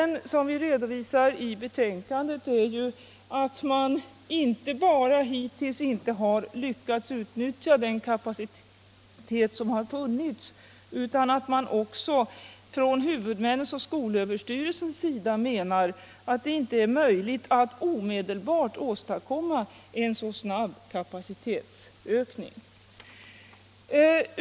som vi också har redovisat i betänkandet, att man hittills inte har lyckats utnyttja den kapacitet som funnits och att man från huvudmännens och skolöverstyrelsens sida anser det omöjligt att omedelbart åstadkomma en så snabb kapacitetsökning.